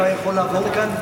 אני כבר יכול לעבור כאן?